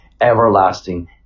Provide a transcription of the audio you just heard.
everlasting